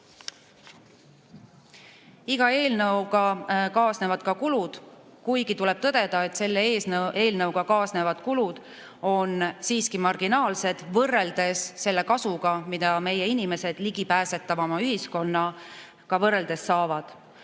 Iga eelnõuga kaasnevad ka kulud, kuigi tuleb tõdeda, et selle eelnõuga kaasnevad kulud on siiski marginaalsed võrreldes selle kasuga, mida meie inimesed ühiskonna ligipääsetavamaks muutmisest saavad.